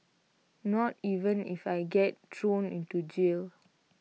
not even if I get thrown into jail